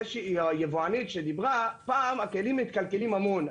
היבואנית שדיברה הכלים מתקלקלים המון,